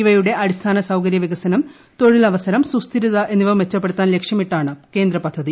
ഇവയുടെ അടിസ്ഥാന സൌകര്യ വികസനം തൊഴിൽ അവസരം സുസ്ഥിരത്യാക്യിന്നിവ മെച്ചപ്പെടുത്താൻ ലക്ഷ്യമിട്ടാണ് കേന്ദ്ര പദ്ധതി